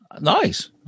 Nice